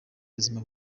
buzima